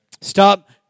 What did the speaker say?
Stop